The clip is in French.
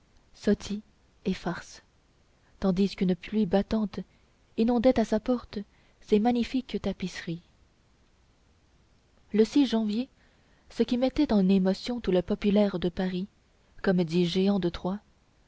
sotie et farce tandis qu'une pluie battante inondait à sa porte ses magnifiques tapisseries le janvier ce qui mettoit en émotion tout le populaire de paris comme dit jehan de troyes